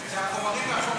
האנדורפינים,